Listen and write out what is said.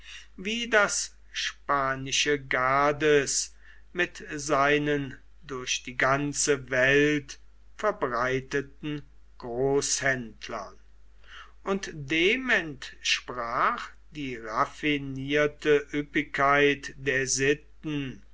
wie das spanische gades mit seinen durch die ganze welt verbreiteten großhändlern und dem entsprach die raffinierte üppigkeit der sitten